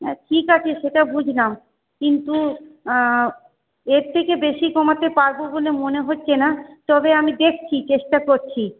ঠিকা আছে সেটা বুঝলাম কিন্তু এর থেকে বেশি কমাতে পারব বলে মনে হচ্ছে না তবে আমি দেখছি চেষ্টা করছি